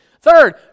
Third